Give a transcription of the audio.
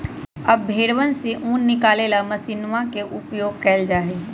अब भेंड़वन से ऊन निकाले ला मशीनवा के उपयोग कइल जाहई